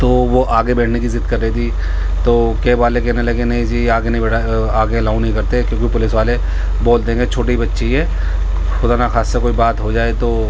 تو وہ آگے بیٹھنے کی ضد کر رہی تھی تو کیب والے کہنے لگے کہ نہیں جی آگے بیٹھا آگے الاؤ نہیں کرتے کیونکہ پولیس والے بولتے ہیں کہ چھوٹی بچی ہے خدا نخواستہ کوئی بات ہو جائے تو